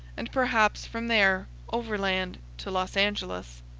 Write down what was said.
and perhaps from there overland to los angeles.